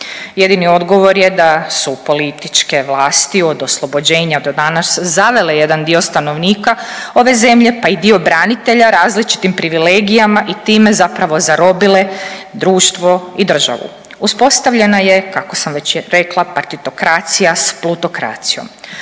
Jedini odgovor je da su političke vlasti od oslobođenja do danas zavele jedan dio stanovnika ove zemlje pa i dio branitelja različitim privilegijama i time zapravo zarobile društvo i državu. Uspostavljena je kako sam već rekla partitokracija sa plutokracijom.